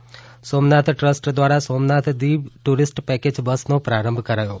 Somnath trust Somnath trust દ્વારા Somnath Diu tourist package બસનો પ્રારંભ કરાયો